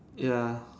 ya